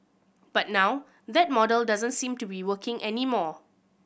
but now that model doesn't seem to be working anymore